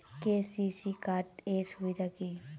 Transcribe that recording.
KCC card এর সুবিধা কি?